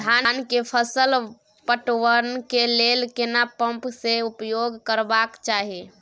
धान के फसल पटवन के लेल केना पंप सेट उपयोग करबाक चाही?